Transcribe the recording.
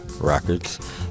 records